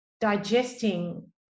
digesting